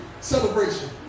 celebration